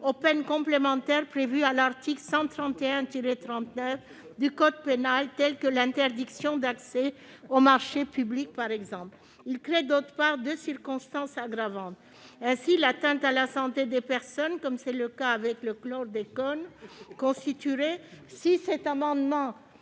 aux peines complémentaires prévues à l'article 131-39 du code pénal, telles que l'interdiction d'accès aux marchés publics. Il a également pour objet de créer deux circonstances aggravantes. Ainsi, l'atteinte à la santé des personnes, comme c'est le cas avec le chlordécone, constituerait, si cet amendement